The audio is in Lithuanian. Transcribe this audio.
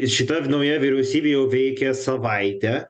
šita nauja vyriausybė jau veikia savaitę